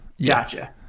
Gotcha